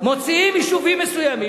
מוציאים יישובים מסוימים,